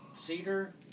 cedar